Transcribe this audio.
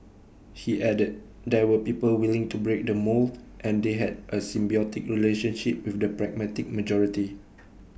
he added there were people willing to break the mould and they had A symbiotic relationship with the pragmatic majority